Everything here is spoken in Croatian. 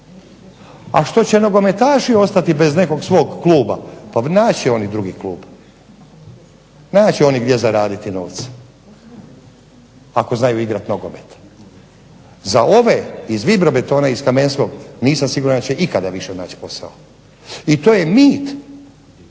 a što će nogometaši ostati bez nekog svog kluba pa naći će oni drugi klub. Naći će oni gdje zaraditi novce ako znaju igrati nogomet. Za ove iz Vibrobetona i Kamenskog nisam siguran da će ikada više naći posao. I to je mit